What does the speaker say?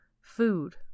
Food